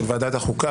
של ועדת החוקה,